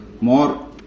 more